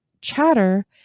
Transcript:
chatter